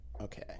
Okay